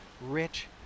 rich